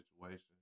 situation